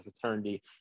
fraternity